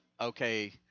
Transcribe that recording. okay